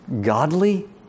godly